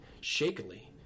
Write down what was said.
Shakily